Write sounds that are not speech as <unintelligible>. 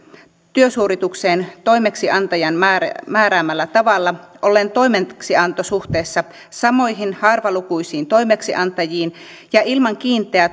työsuoritukseen toimeksiantajan määräämällä määräämällä tavalla ollen toimeksiantosuhteessa samoihin harvalukuisiin toimeksiantajiin ja ilman kiinteää <unintelligible>